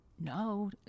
no